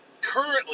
currently